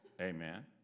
Amen